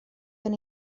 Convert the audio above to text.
gen